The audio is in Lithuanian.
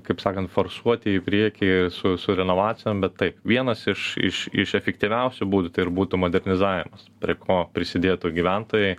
kaip sakant forsuoti į priekį su su renovacijom bet taip vienas iš iš iš efektyviausių būdų tai ir būtų modernizavimas prie ko prisidėtų gyventojai